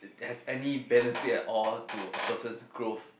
that has any benefit at all to a person's growth